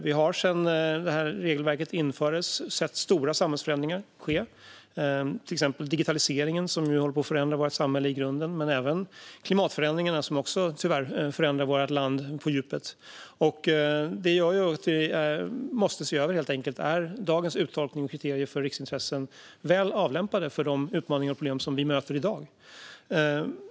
Vi har sedan detta regelverk infördes sett stora samhällsförändringar ske, till exempel digitaliseringen som håller på att förändra vårt samhälle i grunden men även klimatförändringarna som tyvärr också förändrar vårt land på djupet. Det gör att vi helt enkelt måste se över om dagens uttolkning av och kriterier för riksintressen är väl lämpade för de utmaningar och problem som vi möter i dag.